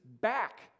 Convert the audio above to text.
back